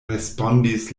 respondis